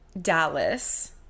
Dallas